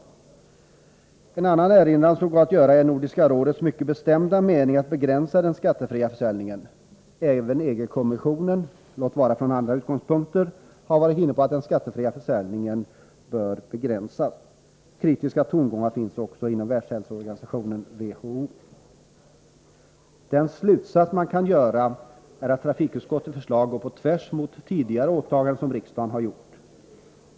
Man kan också erinra om Nordiska rådets mycket bestämda avsikt att begränsa den skattefria försäljningen. Även EG-kommissionen har — låt vara från andra utgångspunkter — varit inne på att den skattefria försäljningen bör begränsas. Kritiska tongångar finns också inom Världshälsoorganisationen . Den slutsats man kan dra är att trafikutskottets förslag går på tvärs mot tidigare åtaganden som riksdagen har gjort.